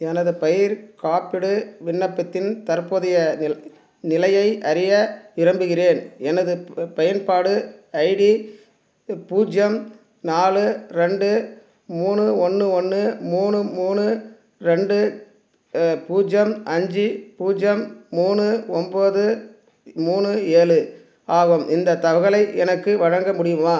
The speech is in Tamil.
எனது பயிர்க் காப்பீடு விண்ணப்பத்தின் தற்போதைய நில் நிலையை அறிய விரும்புகிறேன் எனது ப பயன்பாடு ஐடி பூஜ்ஜியம் நாலு ரெண்டு மூணு ஒன்று ஒன்று மூணு மூணு ரெண்டு பூஜ்ஜியம் அஞ்சி பூஜ்ஜியம் மூணு ஒம்பது மூணு ஏழு ஆகும் இந்தத் தகவலை எனக்கு வழங்க முடியுமா